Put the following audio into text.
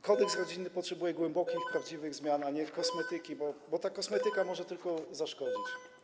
Kodeks rodzinny potrzebuje głębokich, prawdziwych zmian, a nie kosmetyki, bo ta kosmetyka może tylko zaszkodzić.